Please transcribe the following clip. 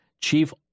Chief